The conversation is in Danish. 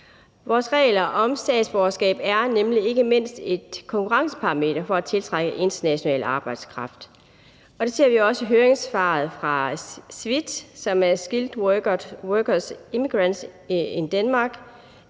Vores regler om statsborgerskab er nemlig ikke mindst et konkurrenceparameter for at tiltrække international arbejdskraft, og det ser vi også i høringssvaret fra SWID, som er Skilled Worker Immigrants in Denmark.